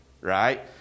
Right